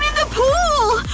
the pool!